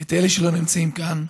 את אלה שלא נמצאים כאן,